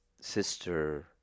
sister